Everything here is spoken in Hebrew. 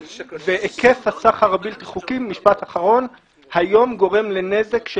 והיקף הסחר הבלתי-חוקי היום גורם לנזק של